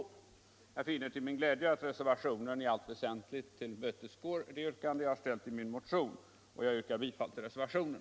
Jag finner till min glädje att reservationen i allt väsentligt tillmötesgår det yrkande som jag har ställt i min motion, och jag yrkar bifall till reservationen.